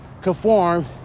conform